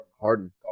Harden